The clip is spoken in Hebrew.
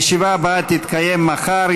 הישיבה הבאה תתקיים מחר,